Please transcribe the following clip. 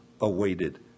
awaited